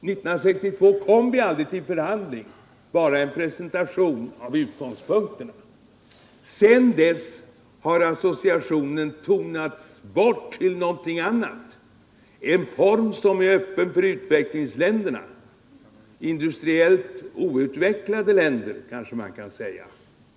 1962 kom vi aldrig till förhandling — bara till en presentation av utgångspunkterna. Sedan dess har associationen tonats bort till någonting annat, en form som är öppen för utvecklingsländerna industriellt outvecklade länder kanske man kan säga.